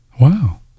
Wow